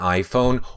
iPhone